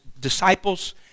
disciples